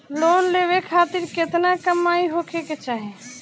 Loan लेवे खातिर केतना कमाई होखे के चाही?